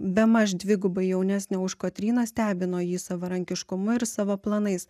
bemaž dvigubai jaunesnė už kotryną stebino jį savarankiškumu ir savo planais